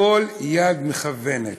הכול יד מכוונת.